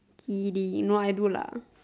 kidding no I do lah